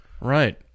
right